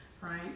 right